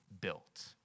built